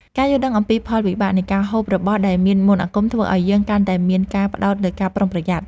ការយល់ដឹងអំពីផលវិបាកនៃការហូបរបស់ដែលមានមន្តអាគមធ្វើឱ្យយើងកាន់តែមានការផ្ដោតលើការប្រុងប្រយ័ត្ន។